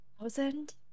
Thousand